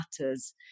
Matters